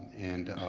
and